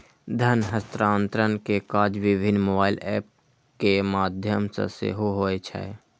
धन हस्तांतरण के काज विभिन्न मोबाइल एप के माध्यम सं सेहो होइ छै